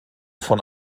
von